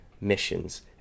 missions